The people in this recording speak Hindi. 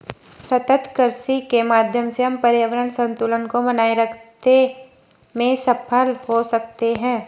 सतत कृषि के माध्यम से हम पर्यावरण संतुलन को बनाए रखते में सफल हो सकते हैं